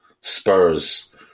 Spurs